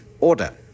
order